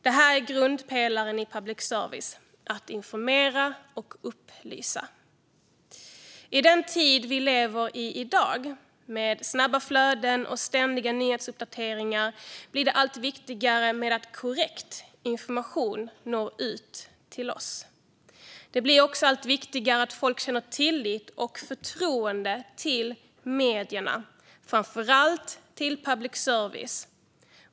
Detta är grundpelaren i public service - att informera och upplysa. I den tid som vi i dag lever i med snabba flöden och ständiga nyhetsuppdateringar blir det allt viktigare att korrekt information når ut till oss. Det blir också allt viktigare att folk känner tillit till och förtroende för medierna, framför allt till public service.